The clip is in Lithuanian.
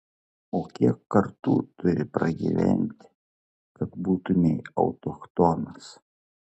o kiek kartų turi pragyventi kad būtumei autochtonas